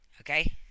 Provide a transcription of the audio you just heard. okay